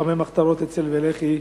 לוחמי מחתרות אצ"ל ולח"י,